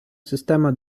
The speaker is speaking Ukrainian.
система